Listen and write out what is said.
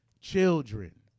children